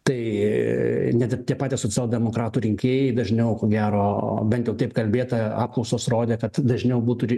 tai ne ir tie patys socialdemokratų rinkėjai dažniau ko gero bent jau taip kalbėta apklausos rodė kad dažniau būtų